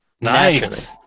Nice